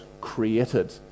created